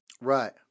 right